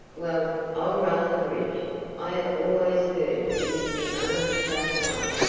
well, i'll run the bridge i have always heard it is the only safe way.